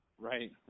right